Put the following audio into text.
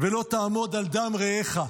ו"לא תעמֹד על דם רעך",